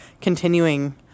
continuing